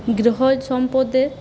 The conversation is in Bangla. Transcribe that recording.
গৃহ সম্পদের